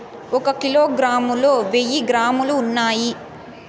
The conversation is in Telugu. ఒక కిలోగ్రామ్ లో వెయ్యి గ్రాములు ఉన్నాయి